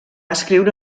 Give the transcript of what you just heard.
escriure